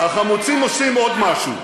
החמוצים עושים עוד משהו.